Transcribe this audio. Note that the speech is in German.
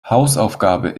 hausaufgabe